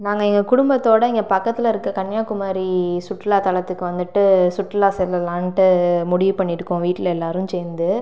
நாங்கள் எங்கள் குடும்பத்தோடு இங்கே பக்கத்தில் இருக்கற கன்னியாகுமரி சுற்றுலா தலத்துக்கு வந்துட்டு சுற்றுலா செல்லலாம்னுட்டு முடிவு பண்ணியிருக்கோம் வீட்டில் எல்லாரும் சேர்ந்து